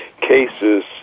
cases